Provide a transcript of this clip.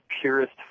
purest